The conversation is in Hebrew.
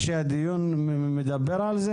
אני מציע לך להכריז על דיון נוסף.